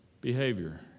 Behavior